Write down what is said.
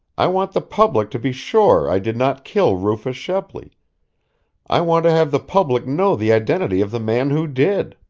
i want the public to be sure i did not kill rufus shepley i want to have the public know the identity of the man who did.